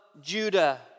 Judah